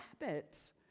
habits